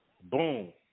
Boom